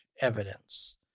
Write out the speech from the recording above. evidence